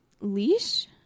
leash